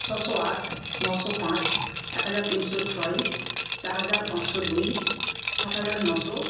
ছশো আট নশো পাঁচ এক হাজার তিনশো ছয় চার হাজার পাঁচশো দুই সাত হাজার নশো আট